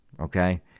okay